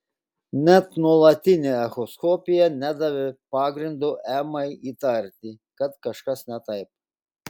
net nuolatinė echoskopija nedavė pagrindo emai įtarti kad kažkas ne taip